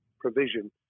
provision